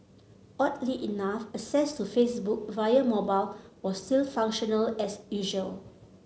oddly enough access to Facebook via mobile was still functional as usual